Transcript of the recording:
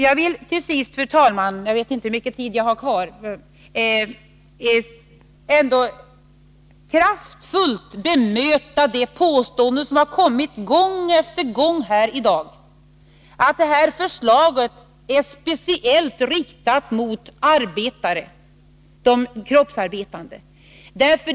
Jag vill till sist, fru talman, kraftfullt bemöta de påståenden som har kommit gång på gång här i dag, nämligen att detta förslag är speciellt riktat mot de kroppsarbetande.